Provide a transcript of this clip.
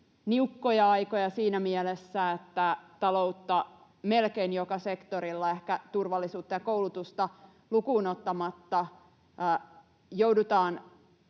niukkoja aikoja siinä mielessä, että melkein joka sektorilla, ehkä turvallisuutta ja koulutusta lukuun ottamatta, joudutaan